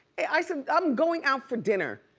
i said, i'm going out for dinner.